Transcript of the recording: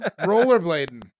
Rollerblading